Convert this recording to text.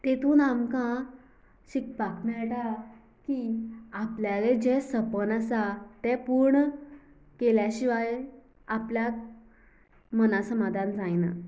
तेतून आमकां शिकपाक मेळटा की आपणालें जें सपन आसा तें पूर्ण केल्या शिवाय आपल्याक मना समाधान जायना